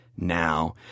Now